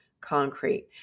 concrete